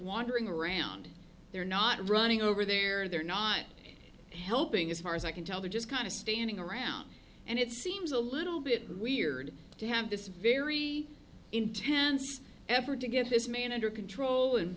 wandering around they're not running over there they're not helping as far as i can tell they're just kind of standing around and it seems a little bit weird to have this very intense effort to get this man under control and